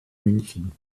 münchen